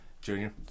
Junior